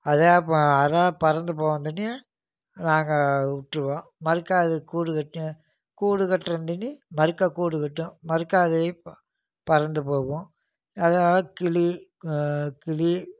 அதே ப அதாக பறந்து போக தண்டியும் நாங்கள் விட்டுருவோம் மறுக்கா அது கூடு கட்டி கூடு கட்டுறதண்டி மறுக்கா கூடு கட்டும் மறுக்கா அதே பறந்து போகும் அதாவது கிளி கிளி